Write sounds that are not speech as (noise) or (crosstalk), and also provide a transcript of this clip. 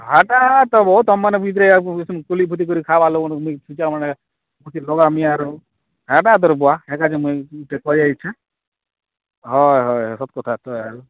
ହେଟା ତ ବହୁତ୍ ତୁମେମାନେ ବି ଯେ ଯାକୁ ବେଶୀ ବୁଲିବୁଲି କରି ଖାବା ଲୋକ ନି (unintelligible) ପଳେଇ ଆଇଛେ ହଏ ହଏ ସତ୍ କଥା ତ ଆରୁ